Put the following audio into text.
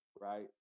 right